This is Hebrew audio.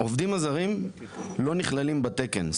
העובדים הזרים לא נכללים בתקן.